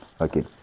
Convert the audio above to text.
okay